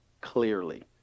Clearly